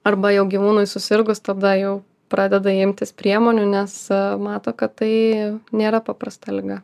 arba jau gyvūnui susirgus tada jau pradeda imtis priemonių nes mato kad tai nėra paprasta liga